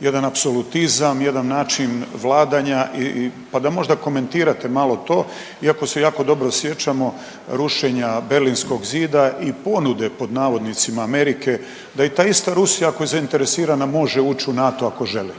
jedan apsolutizam, jedan način vladanja i pa da možda komentirate malo to iako se jako dobro sjećamo rušenja Berlinskog zida i ponude, pod navodnicima, Amerike da je ta ista Rusija, ako je zainteresirana, može ući u NATO ako želi.